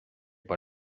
pas